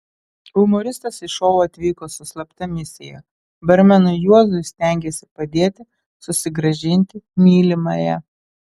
humoristas į šou atvyko su slapta misija barmenui juozui stengėsi padėti susigrąžinti mylimąją